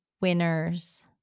winners